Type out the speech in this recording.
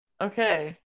okay